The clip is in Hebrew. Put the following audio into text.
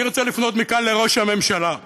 אני רוצה לפנות מכאן לראש הממשלה,